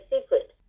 secret